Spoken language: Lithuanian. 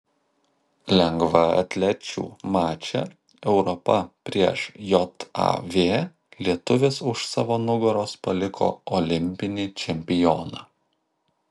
lengvaatlečių mače europa prieš jav lietuvis už savo nugaros paliko olimpinį čempioną